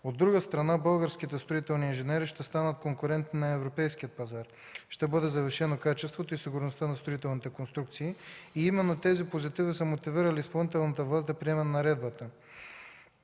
От друга страна, българските строителни инженери ще станат конкурентни на европейския пазар, ще бъде завишено качеството и сигурността на строителните конструкции. Именно тези позитиви са мотивирали изпълнителната власт да приеме наредбата.